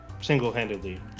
single-handedly